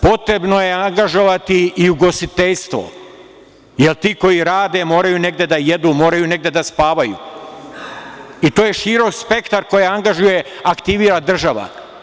Potrebno je angažovati i ugostiteljstvo, jer ti koji rade moraju negde da jedu, moraju negde da spavaju, i to je širok spektar koje angažuje, aktivira država.